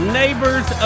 neighbors